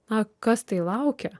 na kas tai laukia